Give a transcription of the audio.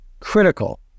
critical